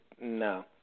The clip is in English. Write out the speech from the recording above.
no